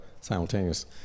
simultaneous